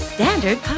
Standard